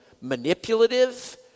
manipulative